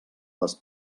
les